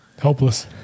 Helpless